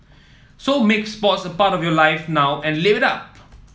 so make sports a part of your life now and live it up